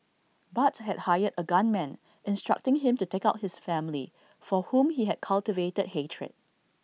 Barts had hired A gunman instructing him to take out his family for whom he had cultivated hatred